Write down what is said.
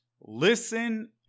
listen